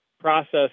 process